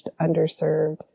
underserved